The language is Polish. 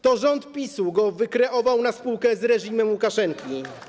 To rząd PiS-u go wykreował, na spółkę z reżimem Łukaszenki.